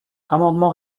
amendement